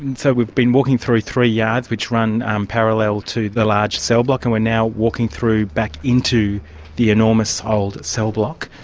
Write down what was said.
and so we've been walking through three yards which run um parallel to the large cellblock and we're now walking through back into the enormous ah old cellblock.